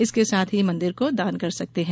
इसके साथ ही मंदिर को दान कर सकते हैं